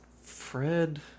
Fred